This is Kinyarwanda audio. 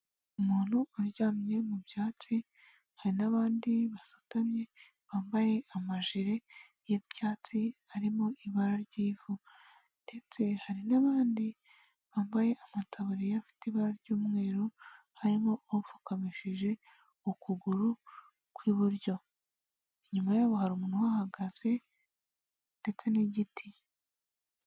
Umuntu uryamye mu byatsi, hari n'abandi basutamye bambaye amajire y'icyatsi arimo ibara ry'ivu ndetse hari n'abandi bambaye amataburiya afite ibara ry'umweru, harimo upfukamishije ukuguru kw'iburyo. Inyuma yabo hari umuntu uhahagaze ndetse n'igiti.